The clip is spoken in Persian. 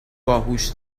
باهوش